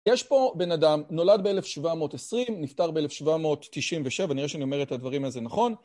יש פה בן אדם, נולד ב-1720, נפטר ב-1797, נראה שאני אומר את הדברים הזה נכון.